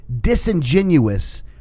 disingenuous